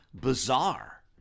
bizarre